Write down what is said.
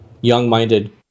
young-minded